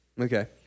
Okay